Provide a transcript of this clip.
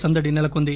సందడి నెలకొంది